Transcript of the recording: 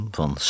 van